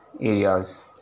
areas